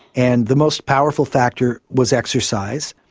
and the most powerful factor was exercise,